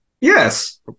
Yes